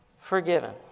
forgiven